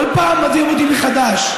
כל פעם מדהים אותי מחדש.